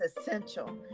essential